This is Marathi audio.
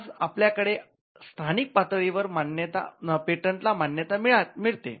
आज आपल्याकडे स्थानिक पातळीवर पेटंटला मान्यता मिळते